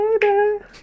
baby